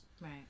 Right